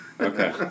Okay